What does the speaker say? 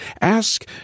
Ask